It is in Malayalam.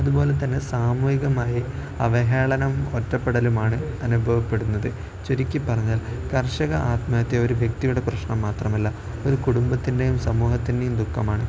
അതുപോലെത്തന്നെ സാമൂഹികമായി അവഹേളനം ഒറ്റപ്പെടലുമാണ് അനുഭവപ്പെടുന്നത് ചുരുക്കിപ്പറഞ്ഞാൽ കർഷക ആത്മഹത്യ ഒരു വ്യക്തിയുടെ പ്രശ്നം മാത്രമല്ല ഒരു കുടുംബത്തിൻ്റെയും സമൂഹത്തിൻ്റെയും ദുഃഖമാണ്